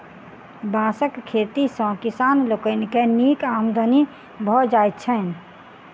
बाँसक खेती सॅ किसान लोकनि के नीक आमदनी भ जाइत छैन